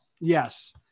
Yes